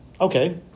Okay